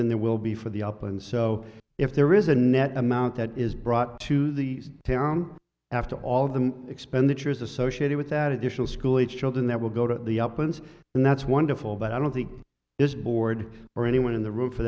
than there will be for the op and so if there is a net amount that is brought to the parent after all the expenditures associated with that additional school age children that will go to the uplands and that's wonderful but i don't think this board or anyone in the room for